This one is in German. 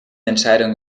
entscheidung